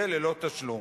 תהיה ללא תשלום.